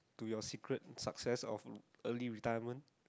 to your secret success or early retirement